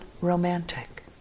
romantic